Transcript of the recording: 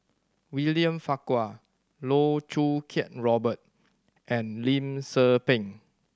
William Farquhar Loh Choo Kiat Robert and Lim Tze Peng